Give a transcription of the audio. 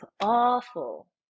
awful